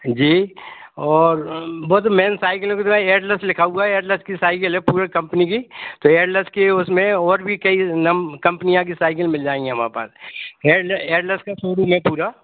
जी और बहुत मेन साइकिलाें पर तो भाई एटलस लिखा हुआ है एटलस की साइकिल है पूरे कंपनी की तो एटलस के उसमें और भी कई नम कंपनियों की साइकिल मिल जाएंगी हमारे पास हेटला एटलस का सो रूम है पूरा